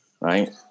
Right